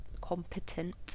competent